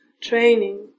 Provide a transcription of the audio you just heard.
Training